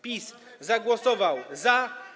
PiS zagłosował za.